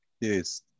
Yes